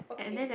okay